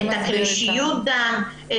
קרישיות דם,